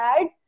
ads